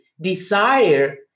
desire